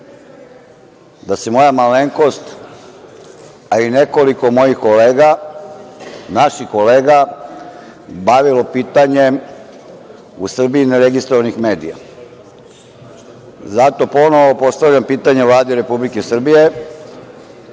da se moja malenkost, a i nekoliko mojih kolega naših kolega, bavilo pitanjem u Srbiji, neregistrovanih medija. Zato ponovo postavljam pitanje Vladi Republike Srbije,